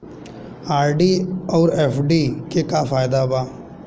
RD आउर FD के का फायदा बा?